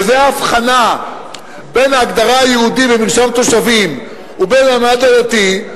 וזה ההבחנה בין ההגדרה "יהודי" במרשם התושבים ובין המעמד הדתי,